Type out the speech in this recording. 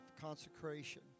consecration